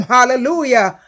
Hallelujah